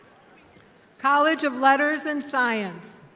college of letters and science.